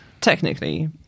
technically